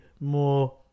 more